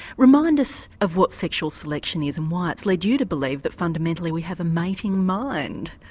remind us of what sexual selection is and why it's led you to believe that fundamentally we have a mating mind?